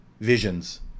visions